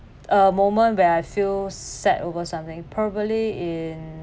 a moment where I feel sad over something probably in